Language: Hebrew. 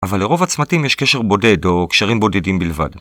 אבל לרוב הצמתים יש קשר בודד או קשרים בודדים בלבד.